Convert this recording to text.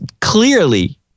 clearly